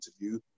interview